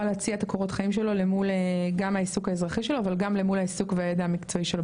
להציע את הקורות חיים שלו למול גם העיסוק האזרחי שלו,